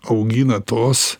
augina tos